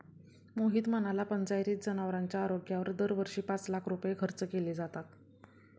मोहित म्हणाला, पंचायतीत जनावरांच्या आरोग्यावर दरवर्षी पाच लाख रुपये खर्च केले जातात